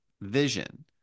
vision